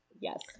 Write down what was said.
yes